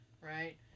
right